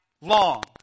long